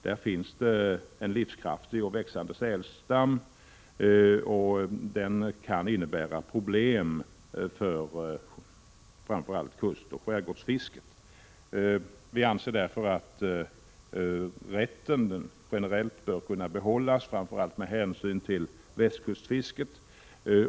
Där finns det en livskraftig och växande sälstam som kan innebära problem för framför allt kustoch skärgårdsfisket. Vi anser därför att denna rätt generellt sett bör kunna behållas framför allt med hänsyn till västkustfisket.